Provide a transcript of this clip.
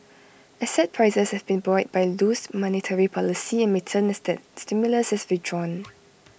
asset prices have been buoyed by loose monetary policy and may turn as that stimulus is withdrawn